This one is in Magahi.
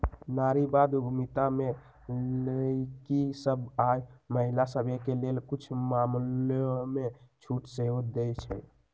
नारीवाद उद्यमिता में लइरकि सभ आऽ महिला सभके लेल कुछ मामलामें छूट सेहो देँइ छै